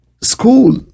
school